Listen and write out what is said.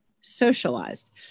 socialized